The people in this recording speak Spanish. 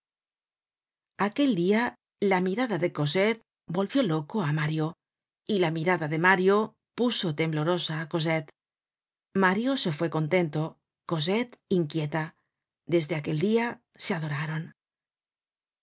aquel dia la mirada de cosette volvió loco á mario y la mirada de mario puso temblorosa á cosette mario se fué contento cosette inquieta desde aquel dia se adoraron lo